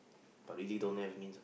but really don't have means